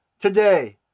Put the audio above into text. today